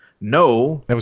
no